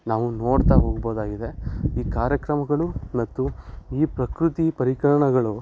ನಾವು ನೋಡ್ತಾ ಹೋಗ್ಬೋದಾಗಿದೆ ಈ ಕಾರ್ಯಕ್ರಮಗಳು ಇವತ್ತು ಈ ಪ್ರಕೃತಿ ಪರಿಕರಣಗಳು